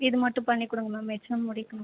இது மட்டும் பண்ணி கொடுங்க மேம் எக்ஸாம் முடிக்கணும்